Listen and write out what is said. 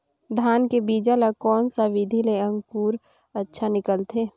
धान के बीजा ला कोन सा विधि ले अंकुर अच्छा निकलथे?